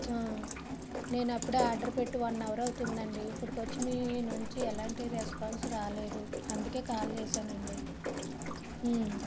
నేను అప్పుడే ఆర్డర్ పెట్టి వన్ అవర్ అవుతుందండి ఇప్పుడు వచ్చి మీ నుంచి ఎలాంటి రెస్పాన్సు రాలేదు అందుకే కాల్ చేసాను అండి